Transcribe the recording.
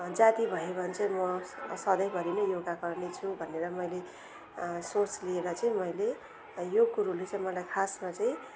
जाती भयो भने चाहिँ म सधैँभरि नै योगा गर्ने छु भनेर मैले सोच लिएर चाहिँ मैले यो कुरोले चाहिँ मलाई खासमा चाहिँ